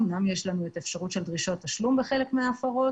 אמנם יש אפשרות של דרישת תשלום בחלק מן ההפרות